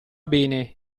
bene